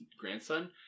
grandson